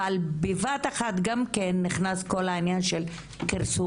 אבל בבת אחד גם כן נכנס כל העניין של פרסום